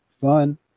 Fun